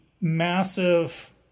massive